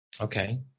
Okay